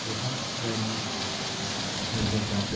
जुखाम गायनाङा जोंनि जायगायाव